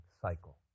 cycle